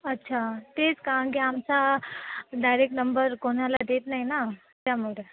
अच्छा तेच कारणकी आमचा डायरेक्ट नंबर कोणाला देत नाही ना त्यामुळे